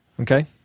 Okay